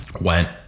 went